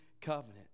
covenant